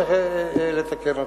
צריך לתקן אותו.